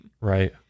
Right